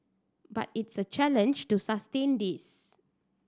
but it is a challenge to sustain this